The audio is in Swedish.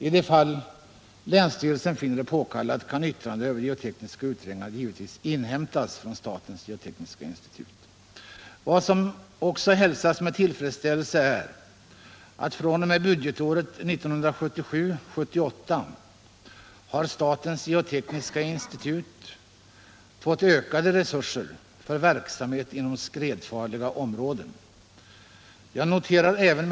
I de fall länsstyrelsen finner det påkallat kan yttrande över geotekniska utredningar givetvis inhämtas från statens geotekniska institut .” Vad som också hälsas med tillfredsställelse är att fr.o.m. budgetåret 1977/ 78 statens geotekniska institut har fått ökade resurser för verksamhet inom skredfarliga områden.